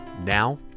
now